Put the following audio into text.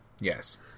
Yes